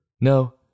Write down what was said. No